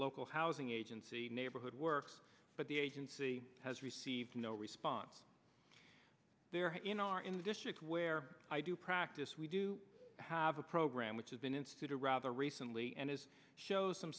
local housing agency neighborhood works but the agency has received no response in our in the district where i do practice we do have a program which has been instituted rather recently and is shows some